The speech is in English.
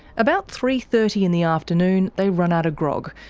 about three thirty in the afternoon, they run out of grog,